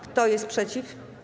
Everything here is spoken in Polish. Kto jest przeciw?